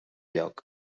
lloc